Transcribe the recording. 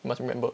must remember